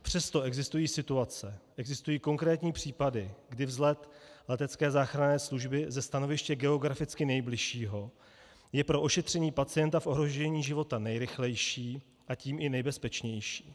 Přesto existují situace, existují konkrétní případy, kdy vzlet letecké záchranné služby ze stanoviště geograficky nejbližšího je pro ošetření pacienta v ohrožení života nejrychlejší, a tím i nejbezpečnější.